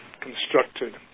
constructed